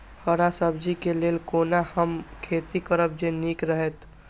हरा सब्जी के लेल कोना हम खेती करब जे नीक रहैत?